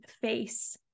face